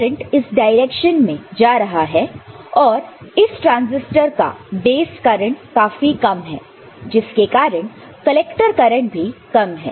current इस direction में जा रहा है और इस ट्रांजिस्टर का बेस करंट काफी कम है जिसके कारण कलेक्टर करंट भी कम है